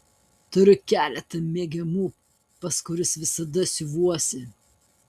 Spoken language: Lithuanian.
turiu keletą mėgiamų pas kuriuos visada siuvuosi